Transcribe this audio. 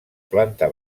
planta